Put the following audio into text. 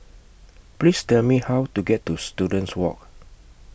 Please Tell Me How to get to Students Walk